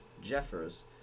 Jeffers